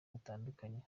butandukanye